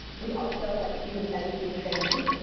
we also, like steven said, we do trainings.